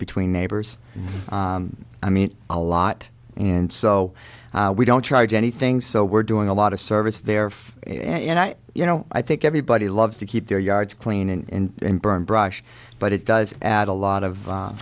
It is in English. between neighbors i mean a lot and so we don't charge anything so we're doing a lot of service there and i you know i think everybody loves to keep their yards clean and burn brush but it does add a lot of